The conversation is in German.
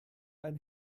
ein